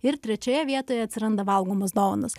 ir trečioje vietoje atsiranda valgomos dovanos